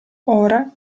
ora